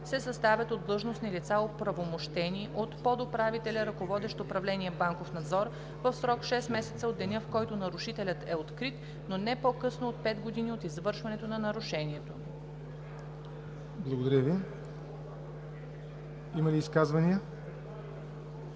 се съставят от длъжностни лица, оправомощени от подуправителя, ръководещ управление „Банков надзор“, в срок 6 месеца от деня, в който нарушителят е открит, но не по-късно от 5 години от извършването на нарушението.“ ПРЕДСЕДАТЕЛ ЯВОР НОТЕВ: Има ли изказвания? Няма.